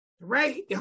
Right